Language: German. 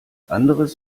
anderes